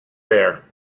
there